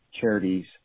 Charities